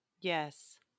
Yes